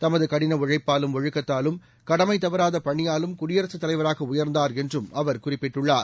தமது கடின உழைப்பாலும் ஒழுக்கத்தாலும் கடமை தவறாத பணியாலும் குடியரசுத் தலைவராக உயர்ந்தார் என்றும் அவர் குறிப்பிட்டுள்ளார்